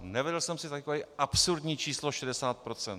Nevedl jsem si takové absurdní číslo 60 procent.